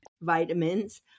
vitamins